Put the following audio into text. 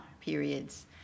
periods